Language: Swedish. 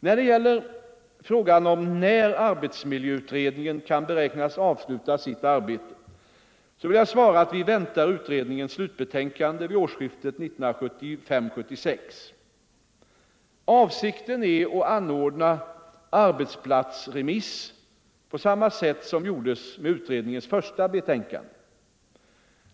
När det gäller frågan om när arbetsmiljöutredningen kan beräknas avsluta sitt arbete vill jag svara att vi väntar utredningens slutbetänkande vid årsskiftet 1975-1976. Avsikten är att anordna en arbetsplatsremiss på samma sätt som gjordes med utredningens första betänkande.